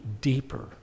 deeper